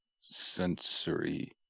sensory